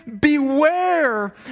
beware